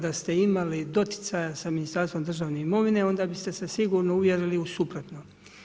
Da ste imali doticaja sa Ministarstvom državne imovine onda biste se sigurno uvjerili u suprotno.